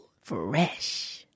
Fresh